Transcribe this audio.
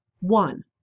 One